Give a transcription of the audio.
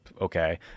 Okay